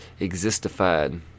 existified